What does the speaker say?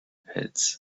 pits